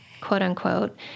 quote-unquote